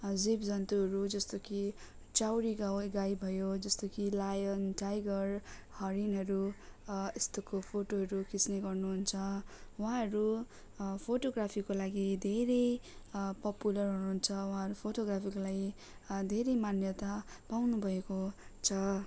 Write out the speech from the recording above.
जीवजन्तुहरू जस्तो कि चौरी गाई गाई भयो जस्तो कि लायोन टाइगर हरिणहरू यस्तोको फोटोहरू खिच्ने गर्नुहुन्छ उहाँहरू फोटोग्राफीको लागि धेरै पोपुलर हुनुहुन्छ उहाँहरूले फोटोग्राफीको लागि धेरै मान्यता पाउनुभएको छ